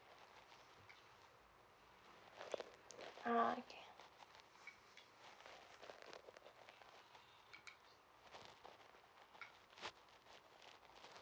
ah okay